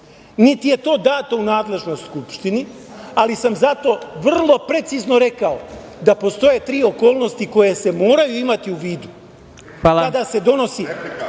niti je to dato u nadležnost Skupštini. Ali sam zato vrlo precizno rekao da postoje tri okolnosti koje se moraju imati u vidu kada se donosi